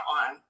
on